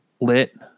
Lit